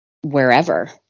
wherever